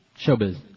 Showbiz